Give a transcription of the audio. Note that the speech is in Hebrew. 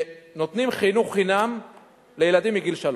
שנותנים חינוך חינם לילדים מגיל שלוש.